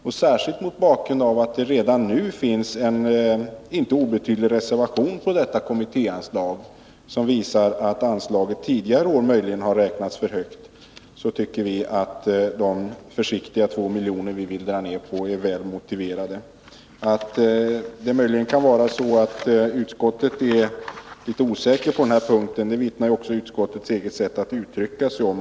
Inte minst mot bakgrund av att det redan nu finns en inte obetydlig reservation mot detta kommittéanslag, som visar att anslaget tidigare år möjligen har räknats upp för högt, anser vi att den försiktiga neddragning med 2 milj.kr. som vi vill göra är väl motiverad. Att utskottet möjligen är litet osäkert på denna punkt vittnar också dess eget sätt att uttrycka sig om.